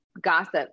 gossip